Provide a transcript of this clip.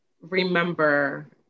remember